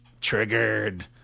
Triggered